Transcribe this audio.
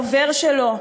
הדובר שלו,